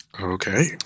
Okay